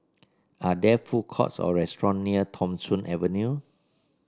are there food courts or restaurant near Tham Soong Avenue